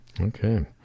Okay